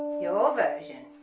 your version